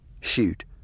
Shoot